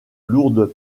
lourdes